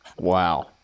Wow